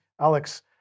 Alex